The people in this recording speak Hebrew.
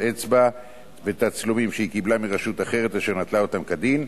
אצבע ותצלומים שהיא קיבלה מרשות אחרת אשר נטלה אותם כדין,